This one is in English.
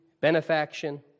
benefaction